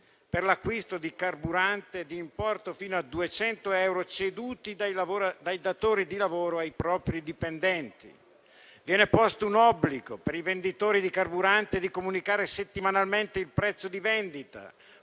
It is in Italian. per l'acquisto di carburante per un importo fino a 200 euro ceduti dai datori di lavoro ai propri dipendenti. Viene posto un obbligo, per i venditori di carburante, di comunicare settimanalmente il prezzo di vendita